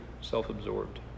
self-absorbed